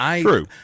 True